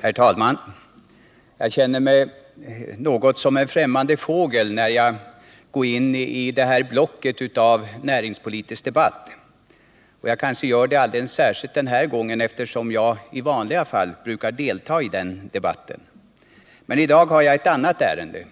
Herr talman! Jag känner mig något som en främmande fågel när jag går in i det här blocket av näringspolitisk debatt — kanske alldeles särskilt den här gången, eftersom jag i vanliga fall brukar delta i den debatten. Men i dag har jag ett annat ärende.